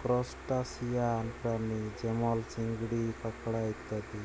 crustacean প্রাণী যেমল চিংড়ি, কাঁকড়া ইত্যাদি